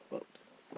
!whoops!